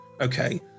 okay